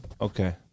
Okay